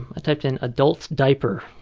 ah typed in adult diaper.